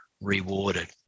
rewarded